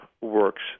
works